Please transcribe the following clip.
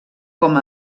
com